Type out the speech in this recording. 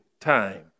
time